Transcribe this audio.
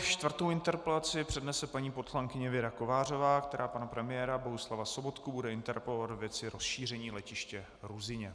Čtvrtou interpelaci přednese paní poslankyně Věra Kovářová, která pana premiéra Bohuslava Sobotku bude interpelovat ve věci rozšíření letiště Ruzyně.